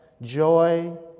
joy